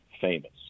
famous